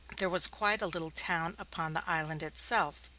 there was quite a little town upon the island itself,